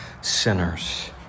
sinners